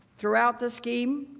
throughout the scheme,